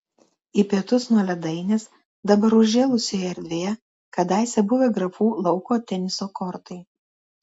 į pietus nuo ledainės dabar užžėlusioje erdvėje kadaise buvę grafų lauko teniso kortai